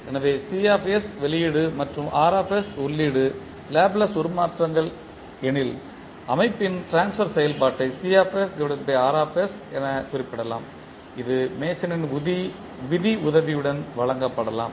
எனவே வெளியீடு மற்றும் உள்ளீடு லேப்ளேஸ் உருமாற்றங்கள் எனில் அமைப்பின் ட்ரான்ஸ்பர் செயல்பாட்டை என குறிப்பிடலாம் இது மேசனின் விதி உதவியுடன் வழங்கப்படலாம்